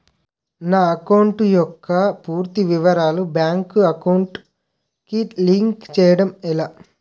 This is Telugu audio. నా అకౌంట్ యెక్క పూర్తి వివరాలు బ్యాంక్ అకౌంట్ కి లింక్ చేయడం ఎలా?